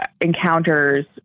encounters